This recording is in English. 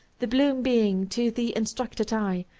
the bloom being, to the instructed eye,